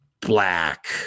black